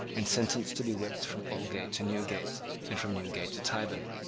and sentenced to be whipped from aldgate to newgate and from newgate to tyburn.